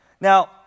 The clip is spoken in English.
Now